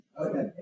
Okay